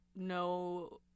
no